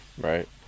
Right